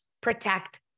protect